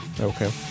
Okay